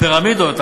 הפירמידות,